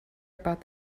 about